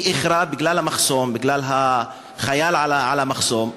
היא איחרה בגלל המחסום, בגלל חייל במחסום.